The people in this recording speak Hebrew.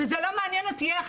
וזה לא מעניין אותי איך,